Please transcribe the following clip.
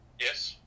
Yes